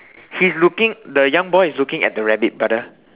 he's looking the young boy is looking at the rabbit brother